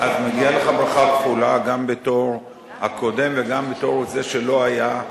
אז מגיעה לך ברכה כפולה גם בתור הקודם וגם בתור זה שלא היה,